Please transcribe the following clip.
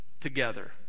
together